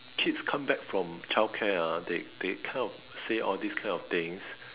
kids come back from child care ah they they kind of say all these kind of things